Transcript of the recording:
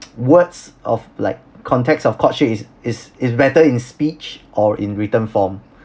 words of like context of courtship is is is better in speech or in written form